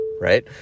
right